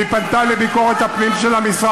איך אתה משווה, והיא פנתה לביקורת הפנים של המשרד.